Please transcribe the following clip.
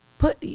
Put